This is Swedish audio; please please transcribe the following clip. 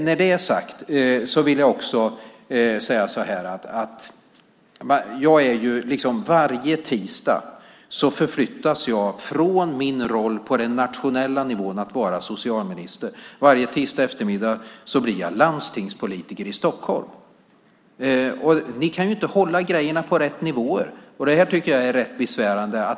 När det är sagt vill jag också säga detta. Varje tisdag förflyttas jag från min roll på den nationella nivån att vara socialminister. Varje tisdagseftermiddag blir jag landstingspolitiker i Stockholm. Ni kan inte hålla grejerna på rätt nivåer. Jag tycker att det är rätt besvärande.